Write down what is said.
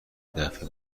دفه